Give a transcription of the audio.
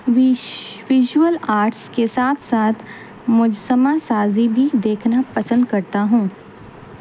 وش visual arts کے ساتھ ساتھ مجسمہ سازی بھی دیکھنا پسند کرتا ہوں